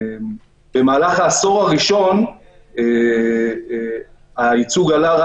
במהלך העשור הראשון הייצוג עלה,